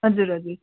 हजुर हजुर